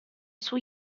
sun